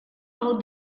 how